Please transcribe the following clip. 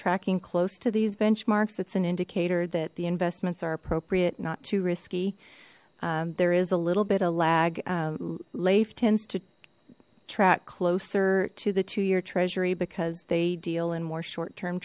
tracking close to these benchmarks it's an indicator that the investments are appropriate not too risky there is a little bit of lag lafe tends to track closer to the two year treasury because they deal in more short term